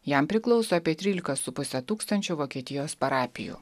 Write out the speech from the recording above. jam priklauso apie trylika su puse tūkstančio vokietijos parapijų